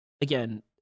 again